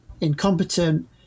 incompetent